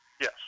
Yes